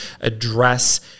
address